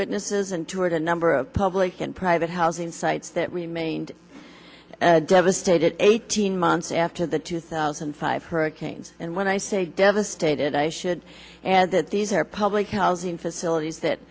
witnesses and toured a number of public and private housing sites that remained devastated eighteen months after the two thousand and five hurricane and when i say devastated i should add that these are public housing facilities that